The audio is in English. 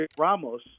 Ramos